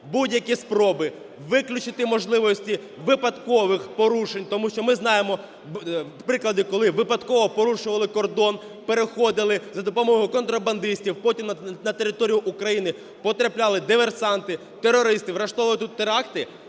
будь-які спроби, виключити можливості випадкових порушень, тому що ми знаємо приклади, коли випадково порушували кордон, переходили за допомогою контрабандистів, потім на територію України потрапляли диверсанти, терористи, влаштовували тут теракти